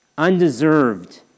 undeserved